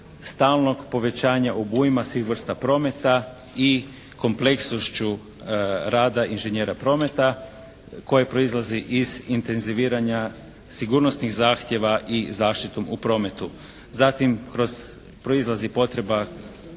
stalnog povećanja obujma svih vrsta prometa i kompleksnošću rada inženjera prometa koji proizlazi iz intenziviranja sigurnosnih zahtjeva i zaštitom u prometu. Zatim kroz proizlazi potreba